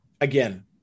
again